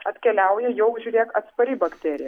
atkeliauja jau žiūrėk atspari bakterija